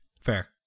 fair